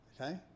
Okay